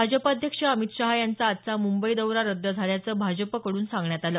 भाजप अध्यक्ष अमित शाह यांचा आजचा मुंबई दौरा रद्द झाल्याचं भाजपकडून सांगण्यात आलं